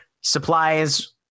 supplies